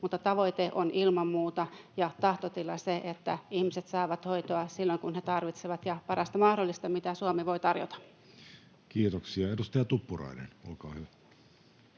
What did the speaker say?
Mutta tavoite ja tahtotila on ilman muuta se, että ihmiset saavat hoitoa silloin, kun he tarvitsevat, ja parasta mahdollista, mitä Suomi voi tarjota. Kiitoksia. — Edustaja Tuppurainen, olkaa hyvä.